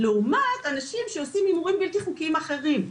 לעומת אנשים שעושים הימורים בלתי חוקיים אחרים.